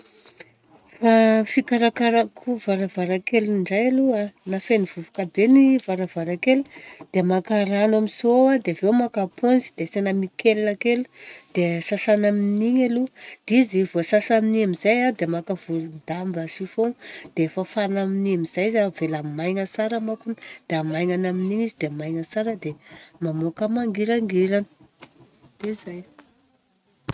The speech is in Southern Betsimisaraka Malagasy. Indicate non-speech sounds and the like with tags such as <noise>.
Fa <hesitation> fikarakarako varavarakely indray aloha, na feno vovoka be ny varavarakeliko, dia maka rano amin'ny seau aho dia avy eo maka aponza dia asiana nickel kely. Dia sasana amin'igny aloha. Dia izy voasasa amin'igny amizay a dia maka vorondamba chiffon. Dia fafana amin'igny amizay izy avela maigna tsara manko dia amaignana amin'igny izy dia maigna tsara. Dia mamoaka mangiragirana. Dia zay.